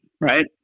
right